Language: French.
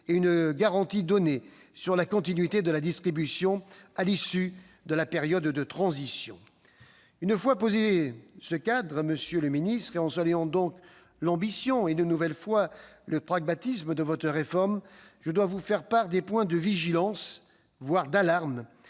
et une garantie concernant la continuité de la distribution à l'issue de la période de transition. Une fois ce cadre posé, monsieur le ministre, en saluant l'ambition et, une nouvelle fois, le pragmatisme de votre réforme, je dois vous faire part des points de vigilance, voire d'alarme,